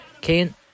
Kane